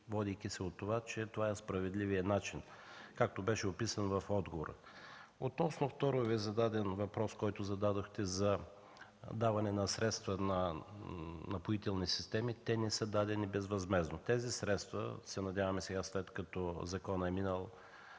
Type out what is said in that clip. водейки се от това, че това е справедливият начин, както беше описан в отговора. Относно втория зададен въпрос, който зададохте – за даване на средства на „Напоителни системи”, те не са дадени безвъзмездно. Тези средства се надяваме сега, след като законът е минал